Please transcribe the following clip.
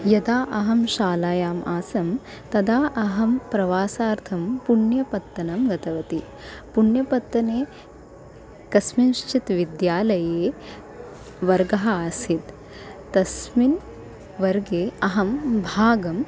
यदा अहं शालायाम् आसं तदा अहं प्रवासार्थं पुण्यपत्तनं गतवती पुण्यपत्तने कस्मिंश्चित् विद्यालये वर्गः आसीत् तस्मिन् वर्गे अहं भागं